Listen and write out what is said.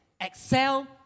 excel